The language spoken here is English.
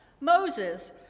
Moses